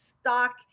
stock